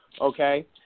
okay